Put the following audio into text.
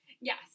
Yes